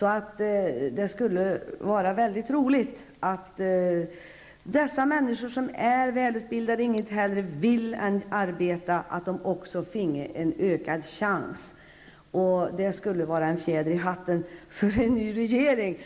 varför det skulle vara roligt om dessa människor, som inget hellre vill, också fick en ökad chans. Det skulle vara en fjäder i hatten för en ny regering.